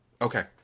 okay